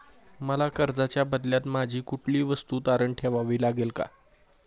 मला कर्जाच्या बदल्यात माझी कुठली वस्तू तारण ठेवावी लागेल का?